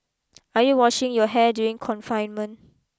are you washing your hair during confinement